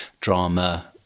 drama